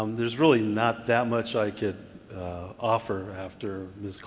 um there's really not that much i could offer after ms.